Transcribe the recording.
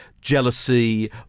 jealousy